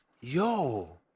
Yo